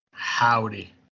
Howdy